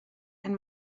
and